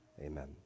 amen